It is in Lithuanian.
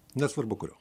nesvarbu kurio